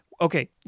okay